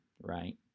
right